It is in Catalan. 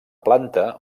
planta